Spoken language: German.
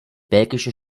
belgische